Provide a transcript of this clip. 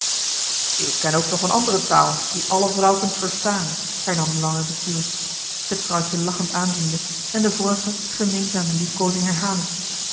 ik ken ook nog eene andere taal die alle vrouwkens verstaan hernam lange michiel het vrouwtje lachend aanziende en de vorige gemeenzame liefkozing herhalend